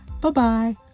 bye-bye